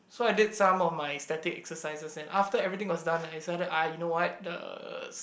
so I did some of my static exercises and after everything was done I decided ah you know what the